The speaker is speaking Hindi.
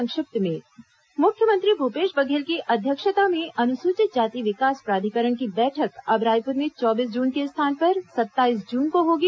संक्षिप्त समाचार मुख्यमंत्री भूपेश बघेल की अध्यक्षता में अनुसूचित जाति विकास प्राधिकरण की बैठक अब रायपुर में चौबीस जून के स्थान पर सताईस जून को होगी